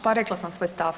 Pa rekla sam svoj stav.